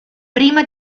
prima